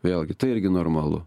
vėlgi tai irgi normalu